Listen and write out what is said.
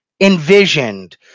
envisioned